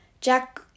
Jack